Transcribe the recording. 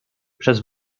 przez